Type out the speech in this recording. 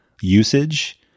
usage